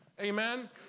Amen